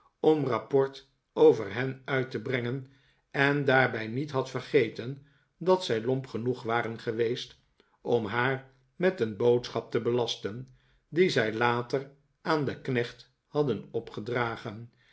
om rapport over hen uit te brengen en daarbij niet had vergeten dat zij lomp genoeg waren geweest om haar met een boodschap te belasteni die zij later aan den knecht hadden